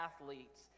athletes